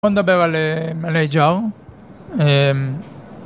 בוא נדבר על היג'או